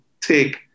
take